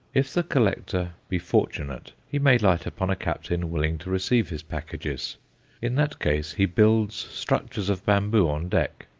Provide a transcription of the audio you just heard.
if the collector be fortunate he may light upon a captain willing to receive his packages in that case he builds structures of bamboo on deck,